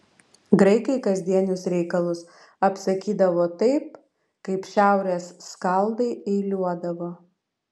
graikai kasdienius reikalus apsakydavo taip kaip šiaurės skaldai eiliuodavo